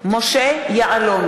מתחייב אני משה יעלון,